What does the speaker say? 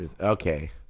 Okay